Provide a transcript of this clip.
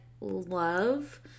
love